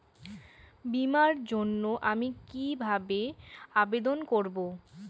বিমার জন্য আমি কি কিভাবে আবেদন করব?